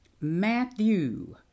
Matthew